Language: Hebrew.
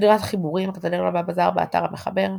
סדרת החיבורים ״הקתדרלה והבזאר״ באתר המחבר.